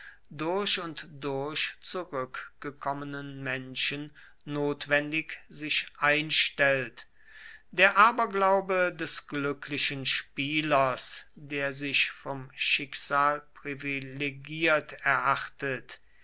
durch und durch zurückgekommenen menschen notwendig sich einstellt der aberglaube des glücklichen spielers der sich vom schicksal privilegiert erachtet